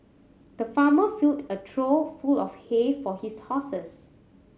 the farmer filled a trough full of hay for his horses